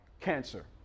cancer